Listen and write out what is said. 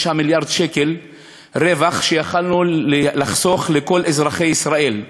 מיליארד שקל רווח שיכולנו לחסוך לכל אזרחי ישראל.